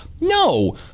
No